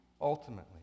Ultimately